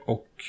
Och